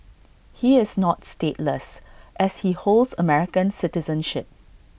he is not stateless as he holds American citizenship